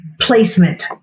placement